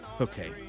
Okay